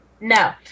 No